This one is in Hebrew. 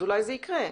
אולי זה יקרה.